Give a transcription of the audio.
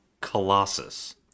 Colossus